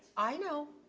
i know.